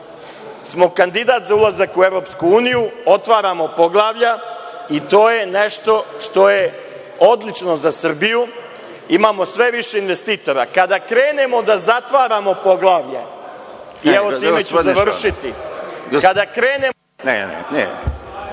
smo kandidat za ulazak u EU, otvaramo poglavlja i to je nešto što je odlično za Srbiju. Imamo sve više investitora. Kada krenemo da zatvaramo poglavlja, i time ću završiti, kada krenemo da